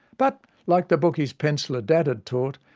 but, like the bookie's penciller dad had taught,